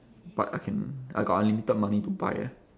but I can I got unlimited money to buy ah